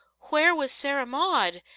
where was sarah maud!